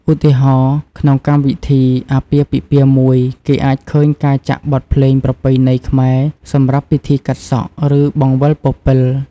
ឧទាហរណ៍ ក្នុងកម្មវិធីអាពាហ៍ពិពាហ៍មួយ គេអាចឃើញការចាក់បទភ្លេងប្រពៃណីខ្មែរសម្រាប់ពិធីកាត់សក់ ឬបង្វិលពពិល។